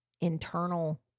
internal